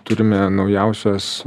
turime naujausias